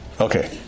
Okay